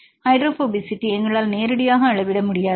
hydrophobicity எங்களால் நேரடியாக அளவிட முடியாது